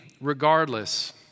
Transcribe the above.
regardless